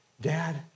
Dad